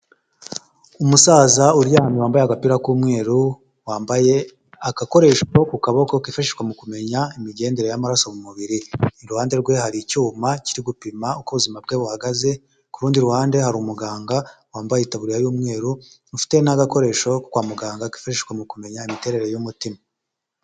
Umusaza uryamye wambaye agapira k'umweru wambaye agakoresho ko ku kaboko kifashishwa mu kumenya imigendere y'amaraso mu mubiri. Iruhande rwe hari icyuma kiri gupima uko ubuzima bwe buhagaze, ku rundi ruhande hari umuganga wambaye itaburiya y'umweru , ufite n'agakoresho ko kwa muganga kifashishwa mu kumenya imiterere y'umutima.